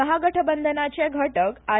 महागठबंधनाचे घटक आर